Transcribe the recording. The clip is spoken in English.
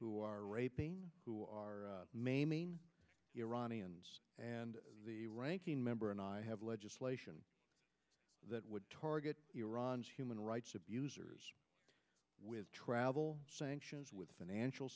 who are raping who are maiming iranians and ranking member and i have legislation that would target iran's human rights abusers with travel sanctions with financial